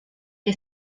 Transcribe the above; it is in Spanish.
que